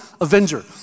avenger